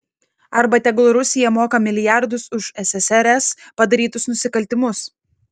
arba tegul rusija moka milijardus už ssrs padarytus nusikaltimus